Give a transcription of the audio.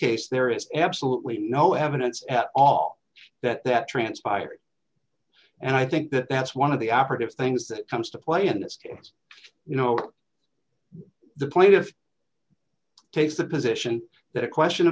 case there is absolutely no evidence at all that that transpired and i think that that's one of the operative things that comes to play in this games you know the plaintiff takes the position that a question